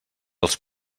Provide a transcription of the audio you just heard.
els